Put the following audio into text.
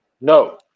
No